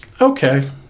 okay